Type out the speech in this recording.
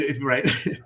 right